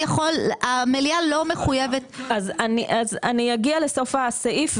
אני אגיע לסוף הסעיף,